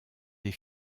des